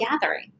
gathering